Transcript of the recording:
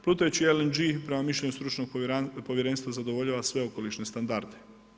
Plutajući LNG prema mišljenju stručnog povjerenstva zadovoljava sve okolišne standarde.